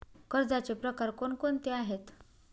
कर्जाचे प्रकार कोणकोणते आहेत?